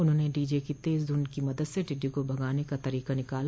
उन्होंने डीजे की तेज धुन की मदद से टिड्डी को भगाने का तरीका निकाला